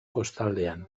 kostaldean